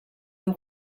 and